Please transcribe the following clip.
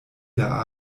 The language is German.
der